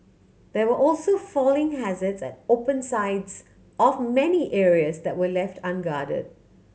there were also falling hazards at open sides of many areas that were left unguarded